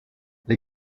les